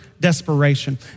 desperation